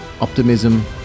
optimism